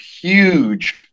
huge